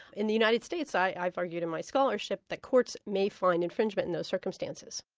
in the united states i've argued in my scholarship that courts may find infringement in those circumstances.